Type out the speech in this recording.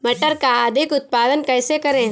मटर का अधिक उत्पादन कैसे करें?